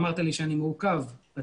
אמרתי לו שהוא אמר לי שאני מעוכב בתחנה